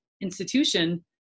institution